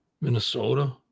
Minnesota